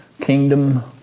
kingdom